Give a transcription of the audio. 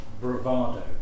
bravado